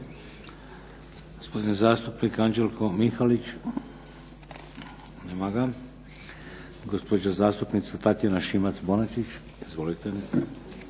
Gospodin zastupnik Anđelko Mihalić. Nema ga. Gospođa zastupnica Tatjana Šimac-Bonačić. Izvolite.